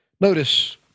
Notice